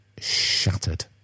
shattered